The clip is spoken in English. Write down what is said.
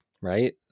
right